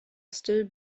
still